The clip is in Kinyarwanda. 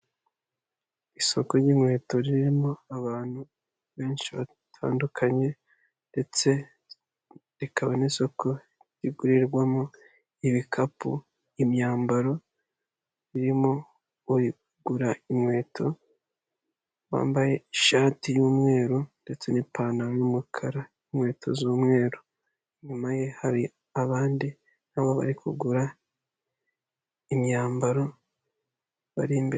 Isoko ry'inkweto ririmo abantu benshi batandukanye ndetse rikaba n'isoko rigurirwamo ibikapu, imyambaro. Ririmo uri kugura inkweto wambaye ishati y'umweru ndetse n'ipantaro n'umukara n'inkweto z'umweru, inyuma ye hari abandi nabo bari kugura imyambaro bari imbere.